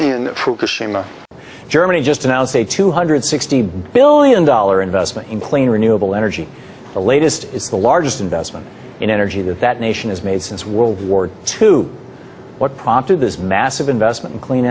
there germany just announced a two hundred sixty billion dollar investment in clean renewable energy the latest the largest investment in energy that that nation has made since world war to what prompted this massive investment in clean